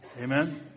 Amen